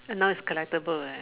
and now it's collectable eh